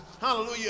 hallelujah